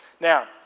Now